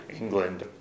England